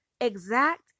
exact